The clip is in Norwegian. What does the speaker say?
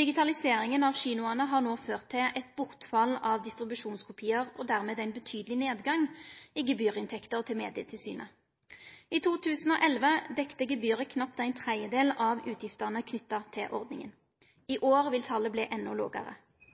Digitaliseringa av kinoane har no ført til eit bortfall av distribusjonskopiar og dermed ein betydeleg nedgang i gebyrinntekter til Medietilsynet. I 2011 dekte gebyret knapt ein tredjedel av utgiftene knytte til ordninga. I år vil talet verte enda lågare.